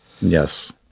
Yes